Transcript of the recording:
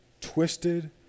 twisted